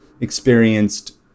experienced